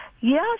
Yes